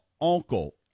Uncle